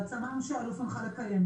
והצמ"מ שהאלוף הנחה לקיים,